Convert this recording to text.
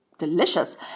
delicious